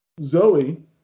Zoe